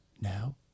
now